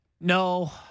No